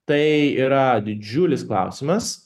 tai yra didžiulis klausimas